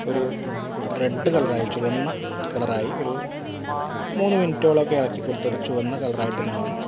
ഒരു റെഡ് കളറായി ചുവന്ന കളറായി ഒരു മൂന്ന് മിനിറ്റോളം ഒക്കെ ഇളക്കി കൊടുത്ത് അത് ചുവന്ന കളറായിട്ട് മാറും